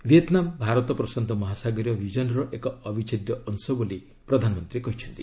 Vietnam' Bharat ପ୍ରଶାନ୍ତ ମହାସାଗରୀୟ ବିଜନର ଏକ ଅବିଚ୍ଛେଦ୍ୟ ଅଂଶ ବୋଲି ପ୍ରଧାନମନ୍ତ୍ରୀ କହିଛନ୍ତି